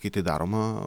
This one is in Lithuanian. kai tai daroma